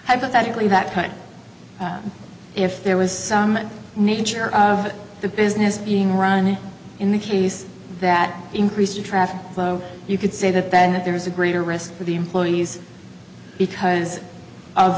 hypothetically that kind of if there was some nature of the business being run in the case that increased traffic flow you could say that that there is a greater risk for the employees because of